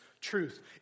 truth